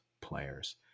players